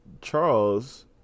Charles